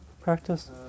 practice